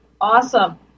awesome